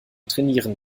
trainieren